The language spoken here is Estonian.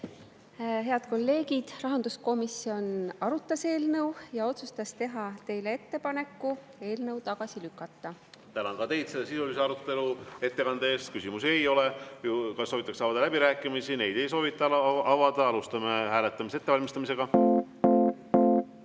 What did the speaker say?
Head kolleegid! Rahanduskomisjon arutas eelnõu ja otsustas teha teile ettepaneku eelnõu tagasi lükata. Tänan ka teid selle sisulise arutelu ja ettekande eest! Küsimusi ei ole. Kas soovitakse avada läbirääkimisi? Neid ei soovita avada. Alustame hääletamise ettevalmistamist.